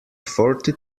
forty